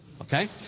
Okay